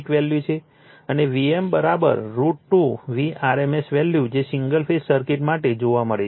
અને v m √ 2 v rms value જે single phase circuit માટે જોવા મળે છે